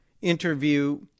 interview